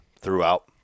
throughout